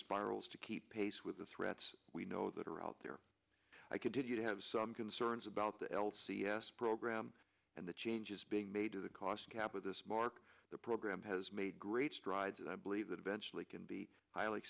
spirals to keep pace with the threats we know that are out there i continue to have some concerns about the l c s program and the changes being made to the cost cap of this mark the program has made great strides and i believe that eventually can be highly